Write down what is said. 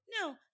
no